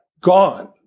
gone